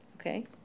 Okay